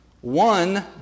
One